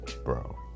bro